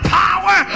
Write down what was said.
power